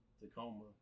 Tacoma